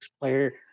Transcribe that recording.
player